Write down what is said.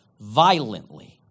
violently